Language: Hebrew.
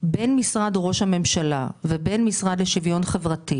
בין משרד ראש הממשלה והמשרד לשוויון חברתי